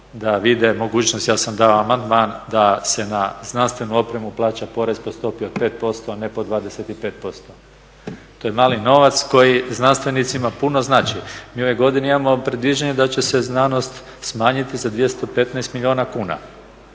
da vide mogućnost, ja sam dao amandman da se na znanstvenu opremu plaća porez po stopi od 5%, a ne po 25%. To je mali novac koji znanstvenicima puno znači. Mi u ovoj godini imamo predviđanja da će znanost smanjiti za 215 milijuna kuna.